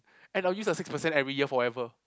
and I'll use the six percent every year forever